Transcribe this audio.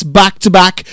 back-to-back